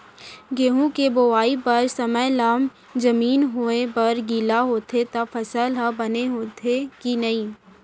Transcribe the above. गेहूँ के बोआई बर समय ला जमीन होये बर गिला होथे त फसल ह बने होथे की नही?